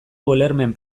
ulermen